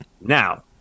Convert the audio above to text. Now